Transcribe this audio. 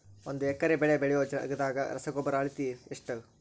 ಒಂದ್ ಎಕರೆ ಬೆಳೆ ಬೆಳಿಯೋ ಜಗದಾಗ ರಸಗೊಬ್ಬರದ ಅಳತಿ ಎಷ್ಟು?